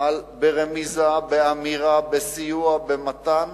על רמיזה, על אמירה, על סיוע, על מתן